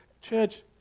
church